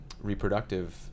reproductive